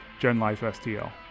GenLifeSTL